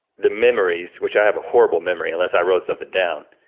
the memories, which i have a horrible memory, unless i wrote something down,